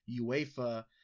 UEFA